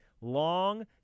long